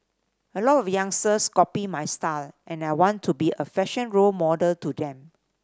a lot of youngsters copy my style and I want to be a fashion role model to them